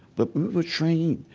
but we were trained.